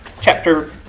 chapter